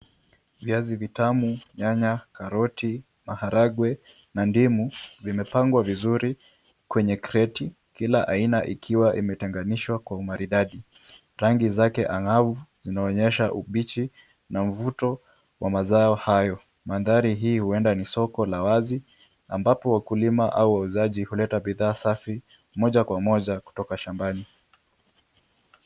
Viazi vitamu, nyanya, karoti, maharagwe na ndimu vimepangwa vizuri kwenye kreti kila aina ikiwa imetenganishwa kwa umaridadi. Rangi zake anga'avu zinaonyesha ubichi